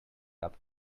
cup